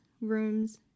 rooms